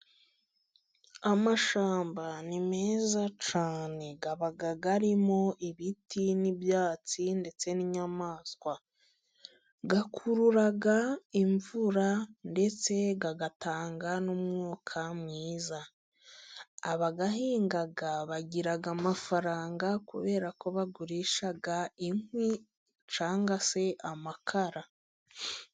Amashyamba ni meza cyane aba arimo ibiti n'ibyatsi ndetse n'inyamaswa ,akurura imvura ndetse agatanga n'umwuka mwiza. Abayahinga bagira amafaranga kuberako bagurisha inkwi cyangwa se amakara.